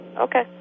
Okay